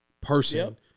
person